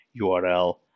URL